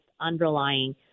underlying